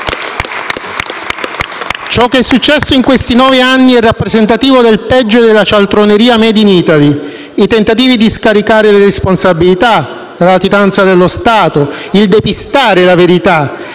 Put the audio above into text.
Ciò che è successo in questi nove anni è rappresentativo del peggio della cialtroneria *made in Italy*: i tentativi di scaricare le responsabilità, la latitanza dello Stato, il depistare la verità,